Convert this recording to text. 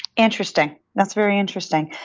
interesting. that's very interesting.